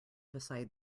beside